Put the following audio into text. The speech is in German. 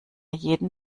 jeden